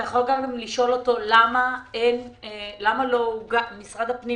אתה יכו גם לשאול אותו למה משרד הפנים